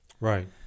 right